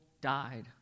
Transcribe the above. died